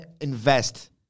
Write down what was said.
invest